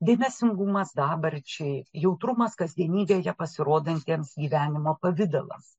dėmesingumas dabarčiai jautrumas kasdienybėje pasirodantiems gyvenimo pavidalas